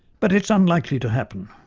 but it is unlikely to happen,